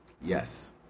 Yes